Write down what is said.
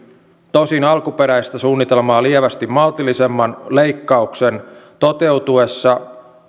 tosin alkuperäistä suunnitelmaa lievästi maltillisemman leikkauksen toteutuessa